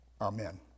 Amen